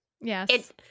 Yes